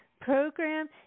program